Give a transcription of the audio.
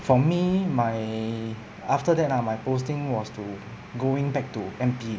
for me my after that lah my posting was to going back to M_P